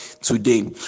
today